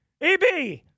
EB